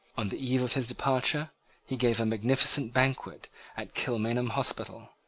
on the eve of his departure he gave a magnificent banquet at kilmainham hospital,